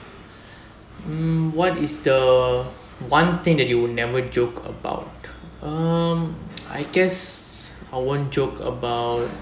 mm what is the one thing that you will never joke about um I guess I won't joke about